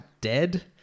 dead